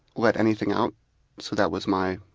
let anything out so that was my,